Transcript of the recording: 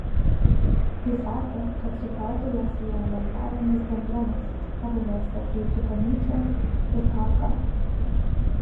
ji sakė kad su poetu ją sieja mentalinis bendrumas abu mėgsta frydrichą nyčę ir kafką